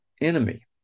enemy